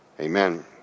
Amen